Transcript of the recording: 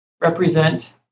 represent